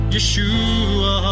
Yeshua